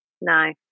No